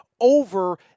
over